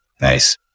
Nice